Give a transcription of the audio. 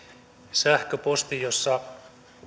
sähköpostin jossa